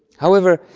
however,